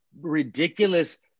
ridiculous